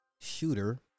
shooter